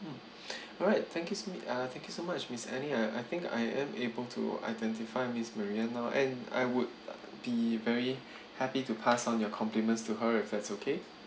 (uh huh) alright thank you so mu~ uh thank you so much miss annie uh I think I am able to identify miss maria now and I would be very happy to pass on your compliments to her is that okay